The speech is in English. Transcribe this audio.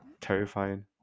Terrifying